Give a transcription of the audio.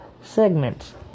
segments